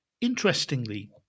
Interestingly